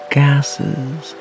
gases